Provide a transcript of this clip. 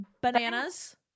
bananas